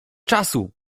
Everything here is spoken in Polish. czasu